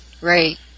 right